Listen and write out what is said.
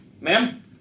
ma'am